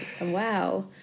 wow